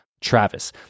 Travis